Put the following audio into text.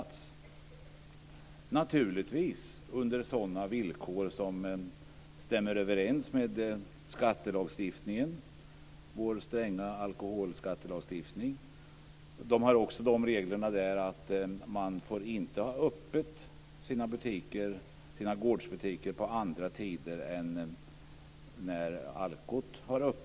Detta sker naturligtvis under sådana villkor som stämmer överens med skattelagstiftningen, vår stränga alkoholskattelagstiftning. De har också regeln att man inte får ha sin gårdsbutik öppen på andra tider än när Alko har öppet.